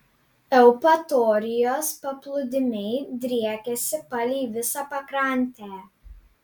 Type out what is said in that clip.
eupatorijos paplūdimiai driekiasi palei visą pakrantę